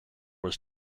was